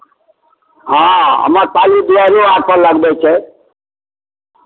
हँ आम्रपाली दुआरिओ आरपर लगबै छै